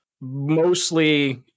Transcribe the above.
Mostly